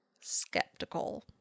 skeptical